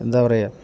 എന്താ പറയുക